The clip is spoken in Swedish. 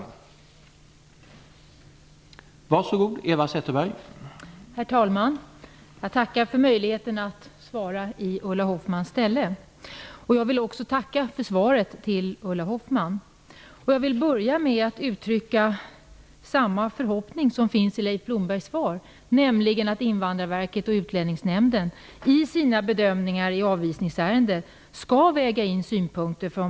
Då Ulla Hoffmann, som framställt frågan, anmält att hon var förhindrad att närvara vid sammanträdet, medgav förste vice talmannen att Eva Zetterberg i stället fick delta i överläggningen.